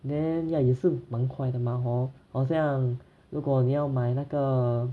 then ya 也是蛮快的吗 hor 好像如果你要买那个